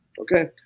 Okay